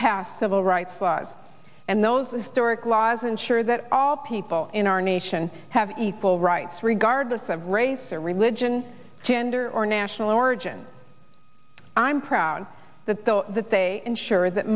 pass civil rights laws and those historic laws ensure that all people in our nation have equal rights regardless of race or religion gender or national origin i'm proud that the that they ensure that